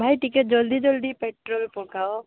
ଭାଇ ଟିକେ ଜଲ୍ଦି ଜଲ୍ଦି ପେଟ୍ରୋଲ୍ ପକାଅ